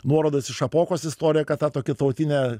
nuorodas į šapokos istoriją kad tą tokį tautinę